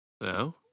No